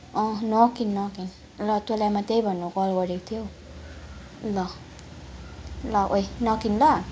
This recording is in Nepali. अँ नकिन् नकिन् र तँलाई म त्यही भन्न कल गरेको थिएँ हौ ल ल ओइ नकिन् ल